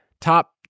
top